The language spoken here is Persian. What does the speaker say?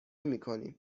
میکنیم